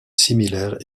similaire